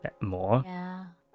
more